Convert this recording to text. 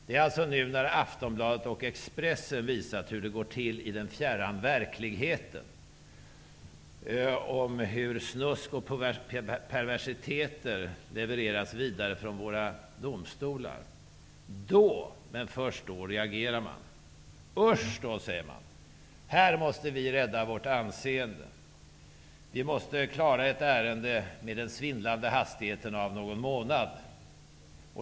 Det är alltså efter det att Aftonblandet och Expressen visat hur det går till i den fjärran verkligheten, nämligen att snusk och perversiteter levereras vidare från domstolar, som man först reagerar. Man säger usch och menar att anseendet måste räddas. Man säger att ett ärende måste klaras av med den svindlande hastigheten av någon månad.